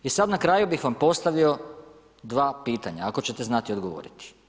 I sad na kraju bih vam postavio dva pitanja ako ćete znati odgovoriti.